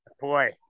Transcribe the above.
Boy